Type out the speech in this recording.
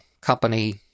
company